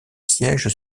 sièges